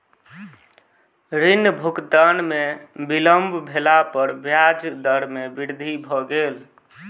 ऋण भुगतान में विलम्ब भेला पर ब्याज दर में वृद्धि भ गेल